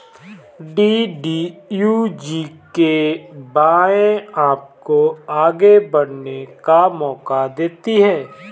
DDU GKY आपको आगे बढ़ने का मौका देती है